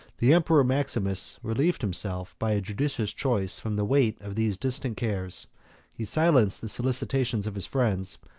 the emperor maximus relieved himself, by a judicious choice, from the weight of these distant cares he silenced the solicitations of his friends,